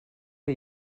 que